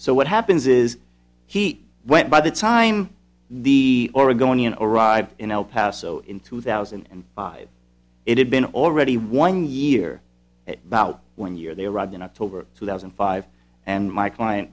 so what happens is he went by the time the oregonian arrived in el paso in two thousand and five it had been already one year about one year they arrived in october two thousand and five and my client